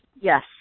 Yes